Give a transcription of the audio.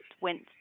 went